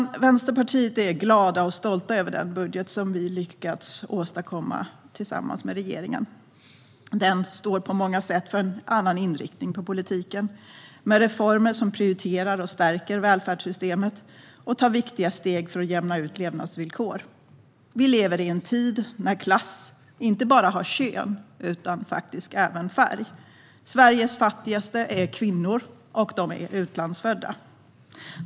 Vi i Vänsterpartiet är glada och stolta över den budget som vi lyckats åstadkomma tillsammans med regeringen. Den står på många sätt för en annan inriktning på politiken, med reformer som prioriterar och stärker välfärdssystemet och tar viktiga steg för att jämna ut levnadsvillkor. Vi lever i en tid när klass inte bara har kön utan även färg. Sveriges fattigaste är kvinnor och utlandsfödda.